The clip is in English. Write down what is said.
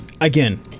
again